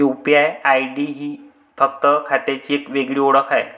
UPI ID ही bank खात्याची एक वेगळी ओळख आहे